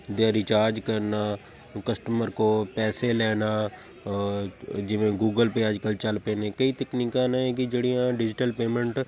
ਦੇ ਰਿਚਾਰਜ ਕਰਨਾ ਕਸਟਮਰ ਕੋਲੋਂ ਪੈਸੇ ਲੈਣਾ ਜਿਵੇਂ ਗੂਗਲ ਪੇ ਅੱਜ ਕੱਲ੍ਹ ਚੱਲ ਪਏ ਨੇ ਕਈ ਤਕਨੀਕਾਂ ਨੇ ਕਿ ਜਿਹੜੀਆਂ ਡਿਜੀਟਲ ਪੇਮੈਂਟ